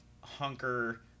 hunker